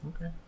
Okay